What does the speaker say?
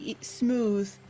smooth